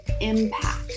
impact